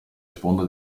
sponde